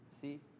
See